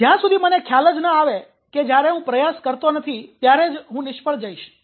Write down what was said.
જ્યાં સુધી મને ખ્યાલ જ ન આવે કે જ્યારે હું પ્રયાસ કરતો નથી ત્યારે જ હું નિષ્ફળ જઈશ